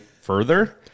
further